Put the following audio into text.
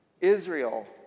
Israel